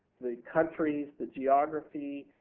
the countries, the geography,